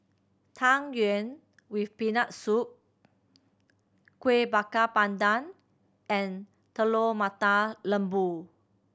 Tang Yuen with Peanut Soup Kuih Bakar Pandan and Telur Mata Lembu